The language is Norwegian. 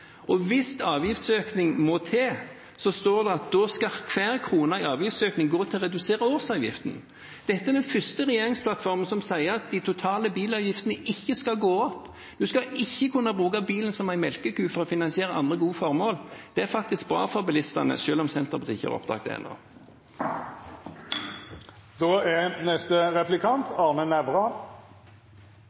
utslippene. Hvis avgiftsøkning må til, står det at da skal hver krone i avgiftsøkning gå til å redusere årsavgiften. Dette er den første regjeringsplattformen som sier at de totale bilavgiftene ikke skal gå opp. En skal ikke kunne bruke bilen som en melkeku for å finansiere andre gode formål. Det er faktisk bra for bilistene, selv om Senterpartiet ikke har oppdaget det ennå. Bygging av firefelts motorveier er